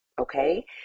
okay